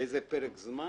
באיזשהו פרק זמן